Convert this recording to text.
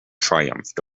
triumphed